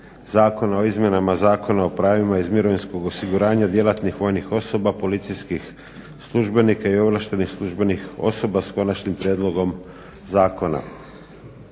o izmjenama Zakona o pravima iz mirovinskog osiguranja djelatnih vojnih osoba, policijskih službenika i ovlaštenih službenih osoba s konačnim prijedlogom zakona.